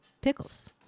pickles